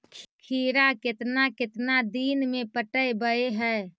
खिरा केतना केतना दिन में पटैबए है?